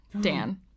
dan